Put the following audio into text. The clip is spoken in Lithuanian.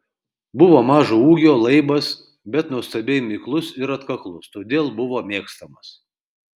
buvo mažo ūgio laibas bet nuostabiai miklus ir atkaklus todėl buvo mėgstamas